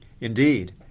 Indeed